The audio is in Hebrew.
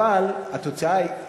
אבל התוצאה היא,